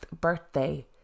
birthday